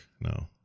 No